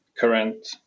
current